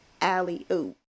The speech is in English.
alley-oop